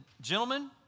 gentlemen